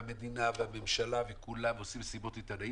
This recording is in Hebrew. והמדינה והממשלה וכולם עושים מסיבות עיתונאים